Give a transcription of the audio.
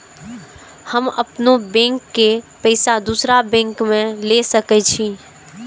हम अपनों बैंक के पैसा दुसरा बैंक में ले सके छी?